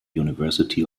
university